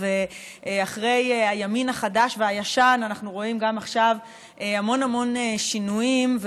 ואחרי הימין החדש והישן אנחנו רואים עכשיו המון המון שינויים.